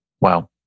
Wow